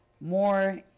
more